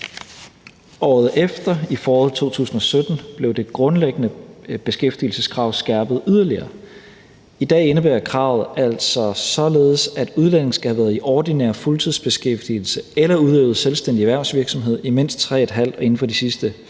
Året efter – i foråret 2017 – blev det grundliggende beskæftigelseskrav skærpet yderligere. I dag indebærer kravet altså således, at udlændinge skal have været i ordinær fuldtidsbeskæftigelse eller udøvet selvstændig erhvervsvirksomhed i mindst 3½ år inden for de sidste 4 år